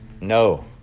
No